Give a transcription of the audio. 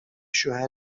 شوهر